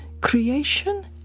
Creation